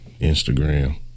Instagram